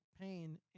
pain